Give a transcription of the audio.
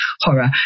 horror